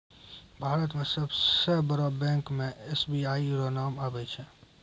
भारत मे सबसे बड़ो बैंक मे एस.बी.आई रो नाम आबै छै